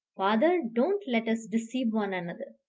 father, don't let us deceive one another.